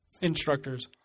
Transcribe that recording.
instructors